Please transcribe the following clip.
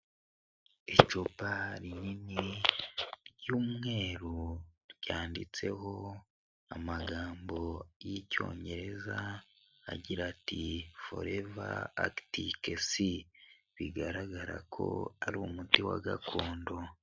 Icupa rinini ry'umweru ryanditseho amagambo y'Icyongereza agira ati: FOREVER ARCTIC SEA, bigaragara ko ari umuti wa gakondo.